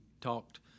talked